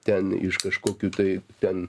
ten iš kažkokių tai ten